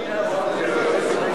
אדוני.